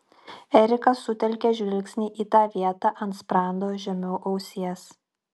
erikas sutelkė žvilgsnį į tą vietą ant sprando žemiau ausies